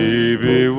Baby